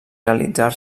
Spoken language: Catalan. realitzar